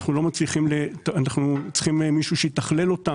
אנחנו צריכים מישהו שיתכלל אותה,